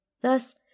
Thus